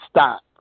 stop